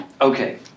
Okay